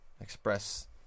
express